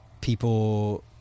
people